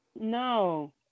No